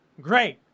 great